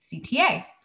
CTA